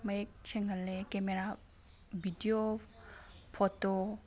ꯃꯌꯦꯛ ꯁꯦꯡꯍꯜꯂꯦ camera video photo